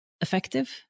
effective